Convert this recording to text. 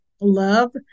love